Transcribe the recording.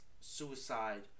suicide